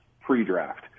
pre-draft